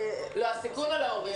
הסיכון על ההורים,